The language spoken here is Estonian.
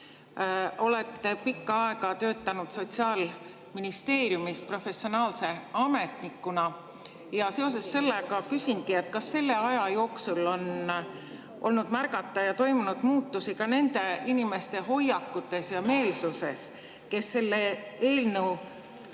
Olete pikka aega töötanud Sotsiaalministeeriumis professionaalse ametnikuna. Seoses sellega küsingi: kas selle aja jooksul on olnud märgata muutusi ka nende inimeste hoiakutes ja meelsuses, kes selle eelnõuga on